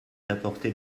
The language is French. d’apporter